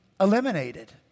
eliminated